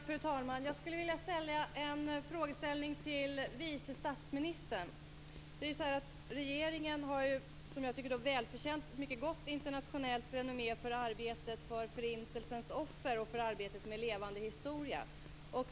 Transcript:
Fru talman! Jag vill ställa en fråga till vice statsministern. Regeringen har ett välförtjänt gott internationellt renommé i arbetet för Förintelsens offer och arbetet med Levande historia.